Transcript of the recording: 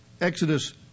Exodus